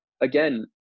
again